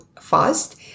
fast